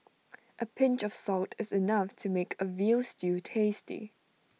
A pinch of salt is enough to make A Veal Stew tasty